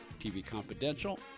tvconfidential